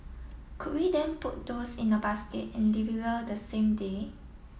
could we then put those in a basket and deliver the same day